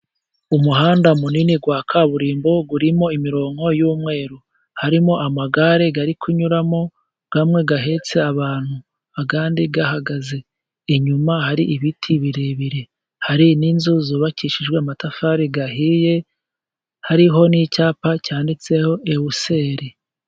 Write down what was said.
Umuhanda munini wa kaburimbo urimo imirongo y'umweru, harimo amagare ari kunyuramo, amwe ahetse abantu ayandi ahagaze, inyuma hari ibiti birebire, hari n'inzu zubakishijwe amatafari ahiye, hariho n'icyapa cyanditseho Ewuseri.